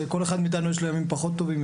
כל אחד מאתנו יש לו ימים פחות טובים,